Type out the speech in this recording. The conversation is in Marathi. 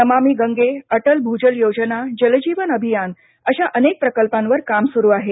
नमामी गंगे अटल भूजल योजना जल जीवन अभियान अश्या अनके प्रकल्पांवर काम सुरू आहे